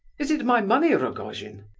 is it my money, rogojin?